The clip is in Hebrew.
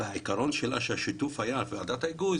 העיקרון שלה שהשיתוף היה בוועדת ההיגוי,